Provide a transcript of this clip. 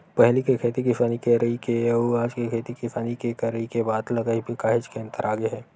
पहिली के खेती किसानी करई के अउ आज के खेती किसानी के करई के बात ल कहिबे काहेच के अंतर आगे हे